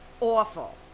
awful